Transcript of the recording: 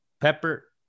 pepper